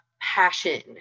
passion